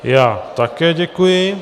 Já také děkuji.